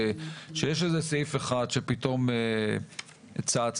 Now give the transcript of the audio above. שיש איזה סעיף אחד שפתאום צץ,